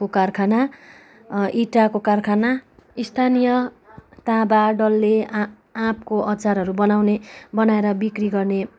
को कारखाना ईटाको कारखाना स्थानीय ताँबा डल्ले आँपको अचारहरू बनाउने बनाएर बिक्री गर्ने